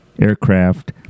aircraft